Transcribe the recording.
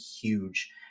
huge